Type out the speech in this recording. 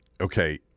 Okay